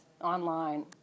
online